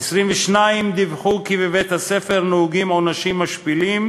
22% דיווחו כי בבית-הספר נהוגים עונשים משפילים,